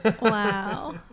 Wow